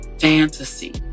fantasy